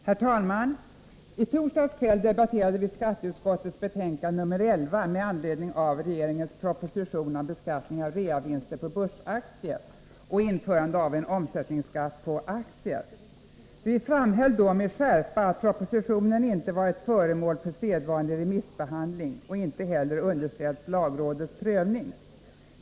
Herr talman! När vi i torsdags kväll debatterade skatteutskottets betänkande 11 med anledning av regeringens proposition om beskattning av reavinster på börsaktier och införande av en omsättningsskatt på aktier, framhöll vi med skärpa att propositionen inte har varit föremål för sedvanlig remissbehandling och inte heller underställts lagrådets prövning.